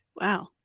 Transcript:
Wow